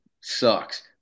sucks